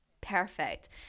perfect